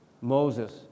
Moses